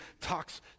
talks